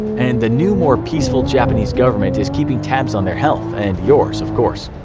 and the new, more peaceful japanese government is keeping tabs on their health, and yours of course.